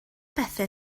bethau